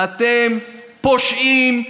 אתם פושעים,